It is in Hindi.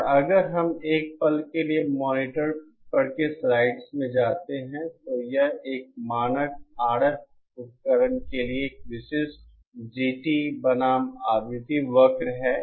और अगर हम एक पल के लिए मॉनिटर पर के स्लाइड्स में जाते हैं तो यह एक मानक RF उपकरण के लिए विशिष्ट GT बनाम आवृत्ति वक्र है